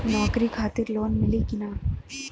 नौकरी खातिर लोन मिली की ना?